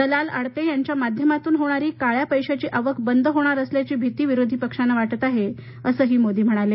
दलाल आड़ते यांच्या माध्यमातून होणारी काळ्या पैशाची आवक बंद होणार असल्याची भीती विरोधी पक्षाना वाटत आहे असंही मोदी म्हणाले